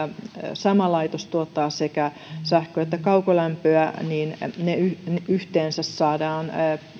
sama laitos tuottaa sekä sähköä että kaukolämpöä niin ne saadaan yhteensä